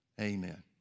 amen